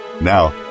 Now